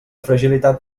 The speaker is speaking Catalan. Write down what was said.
fragilitat